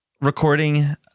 recording